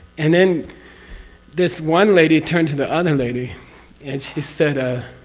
and then this one lady turned to the other lady and she said, ah.